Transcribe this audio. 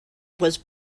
was